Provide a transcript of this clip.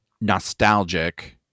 nostalgic